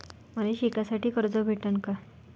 मले शिकासाठी कर्ज भेटन का?